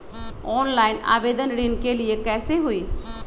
Online आवेदन ऋन के लिए कैसे हुई?